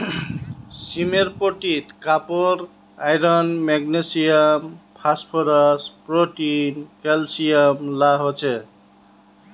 सीमेर पोटीत copper, iron, magnesium, phosphorus, protein, calcium ला हो छे